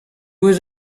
was